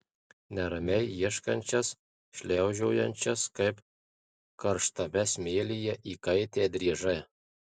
neramiai ieškančias šliaužiojančias kaip karštame smėlyje įkaitę driežai